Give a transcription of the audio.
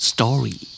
Story